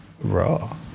Raw